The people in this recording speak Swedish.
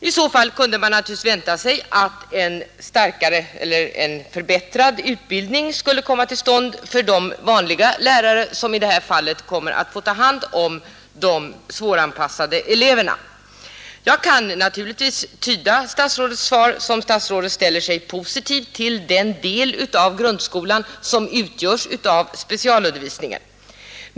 I så fall kunde man naturligtvis vänta sig att en förbättrad utbildning skulle komma till stånd för de vanliga lärare som i detta fall får ta hand om de svåranpassade eleverna. Jag kan naturligtvis också tyda statsrådets svar så, att statsrådet ställer sig positiv till den del av grundskolan som utgörs av specialundervisningen.